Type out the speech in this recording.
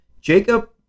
Jacob